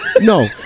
no